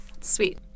Sweet